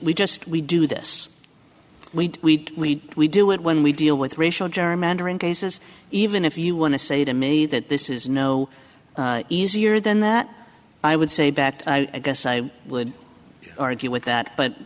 we just we do this we we do it when we deal with racial gerrymandering cases even if you want to say to me that this is no easier than that i would say that i guess i would argue with that but